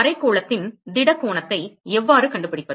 அரைக்கோளத்தின் திட கோணத்தை எவ்வாறு கண்டுபிடிப்பது